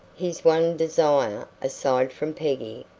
his one desire, aside from peggy,